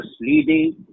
leading